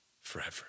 forever